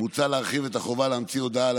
מוצע להרחיב את החובה להמציא הודעה על